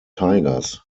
tigers